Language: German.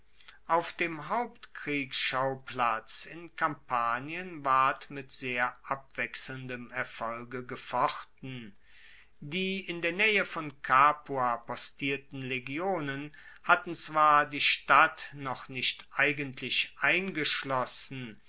auf dem hauptkriegsschauplatz in kampanien ward mit sehr abwechselndem erfolge gefochten die in der naehe von capua postierten legionen hatten zwar die stadt noch nicht eigentlich eingeschlossen